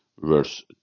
verse